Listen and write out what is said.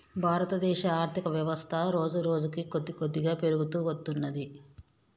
భారతదేశ ఆర్ధికవ్యవస్థ రోజురోజుకీ కొద్దికొద్దిగా పెరుగుతూ వత్తున్నది